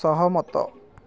ସହମତ